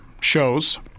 shows